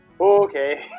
Okay